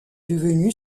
devenue